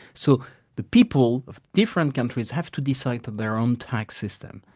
so the people of different countries have to decide on their own tax system.